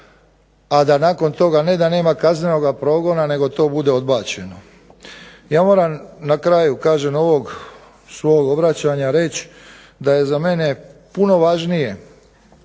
a da nakon toga ne da nema kaznenoga progona nego to bude odbačeno. Ja moram na kraju kažem ovog svog obraćanja reći da je za mene puno važnije